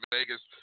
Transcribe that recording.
Vegas